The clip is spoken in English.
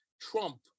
Trump